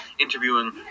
interviewing